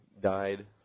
died